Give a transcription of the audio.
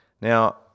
Now